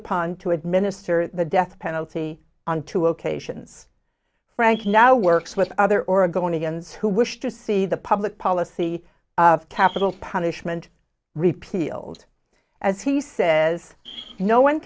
upon to administer the death penalty on two occasions frank now works with other oregonians who wish to see the public policy of capital punishment repealed as he says no one